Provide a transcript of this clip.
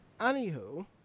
Anywho